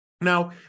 Now